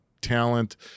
talent